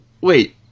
Wait